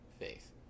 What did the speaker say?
faith